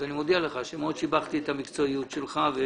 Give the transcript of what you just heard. אני מודיע לך שמאוד שיבחתי את המקצועיות שלך.